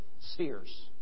spheres